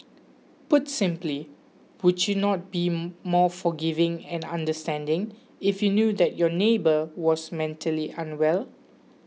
put simply would you not be more forgiving and understanding if you knew that your neighbour was mentally unwell